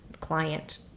client